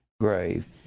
grave